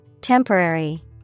Temporary